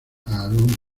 aaron